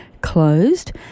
closed